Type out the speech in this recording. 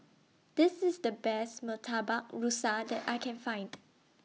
This IS The Best Murtabak Rusa that I Can Find